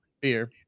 beer